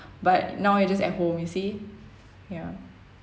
but now you're just at home you see ya